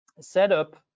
setup